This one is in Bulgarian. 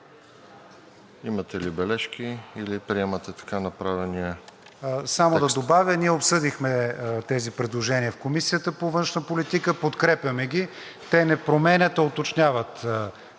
имате ли бележки, или приемате така направения текст.